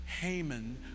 Haman